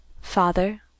Father